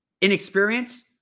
inexperience